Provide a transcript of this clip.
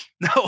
No